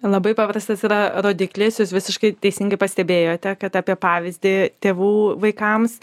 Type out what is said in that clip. labai paprastas yra rodiklis jūs visiškai teisingai pastebėjote kad apie pavyzdį tėvų vaikams